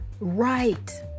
right